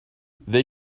they